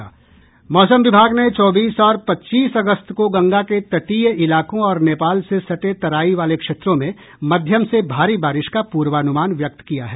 मौसम विभाग ने चौबीस और पच्चीस अगस्त को गंगा के तटीय इलाकों और नेपाल से सटे तराई वाले क्षेत्रों में मध्यम से भारी बारिश का पूर्वानुमान व्यक्त किया है